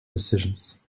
decisions